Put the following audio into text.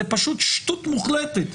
זאת פשוט שטות מוחלטת.